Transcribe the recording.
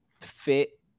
fit